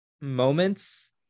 moments